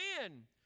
men